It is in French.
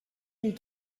mille